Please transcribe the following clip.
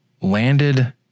landed